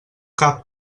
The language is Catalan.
cap